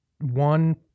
one